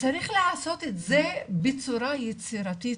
צריך לעשות את זה בצורה יצירתית,